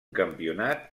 campionat